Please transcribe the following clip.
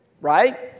right